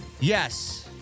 Yes